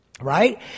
right